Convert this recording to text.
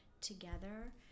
together